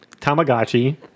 Tamagotchi